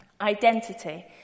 Identity